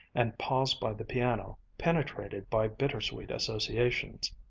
and paused by the piano, penetrated by bitter-sweet associations.